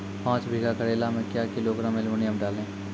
पाँच बीघा करेला मे क्या किलोग्राम एलमुनियम डालें?